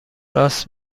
راست